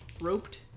roped